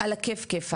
על הכיף כיפק,